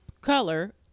color